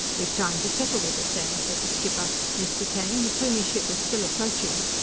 we've time to settle with it, then, said the skipper. mr. taine, the plumie ship is still approaching.